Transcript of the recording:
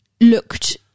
looked